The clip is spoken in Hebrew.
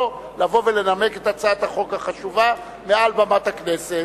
לבוא ולנמק את הצעת החוק החשובה מעל במת הכנסת.